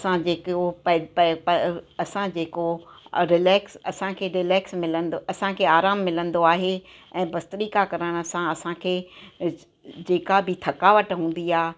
असां जेको प प असां जेको रिलेक्स असांखे रिलेक्स मिलंदो असांखे आराम मिलंदो आहे ऐं भस्त्रिका करण सां असांखे जेका बि थकावट हूंदी आहे